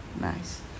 Nice